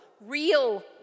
real